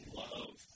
love